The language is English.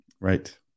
right